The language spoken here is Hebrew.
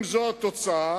אם זאת התוצאה,